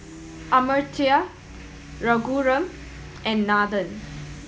Amartya Raghuram and Nathan